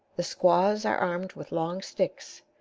the squaws are armed with long sticks,